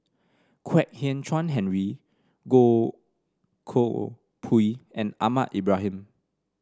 Kwek Hian Chuan Henry Goh Koh Pui and Ahmad Ibrahim